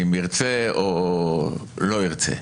אם ירצה או לא ירצה.